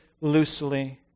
loosely